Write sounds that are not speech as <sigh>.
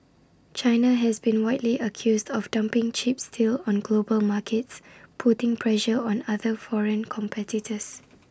China has been widely accused of dumping cheap steel on global markets putting pressure on other foreign competitors <noise>